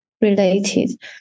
related